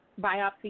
Biopsy